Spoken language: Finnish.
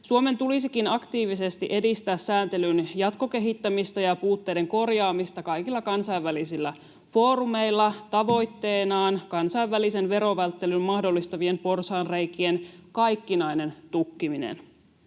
Suomen tulisikin aktiivisesti edistää sääntelyn jatkokehittämistä ja puutteiden korjaamista kaikilla kansainvälisillä foorumeilla tavoitteenaan kansainvälisen verovälttelyn mahdollistavien porsaanreikien kaikkinainen tukkiminen.